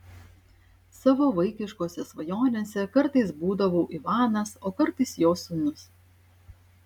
savo vaikiškose svajonėse kartais būdavau ivanas o kartais jo sūnus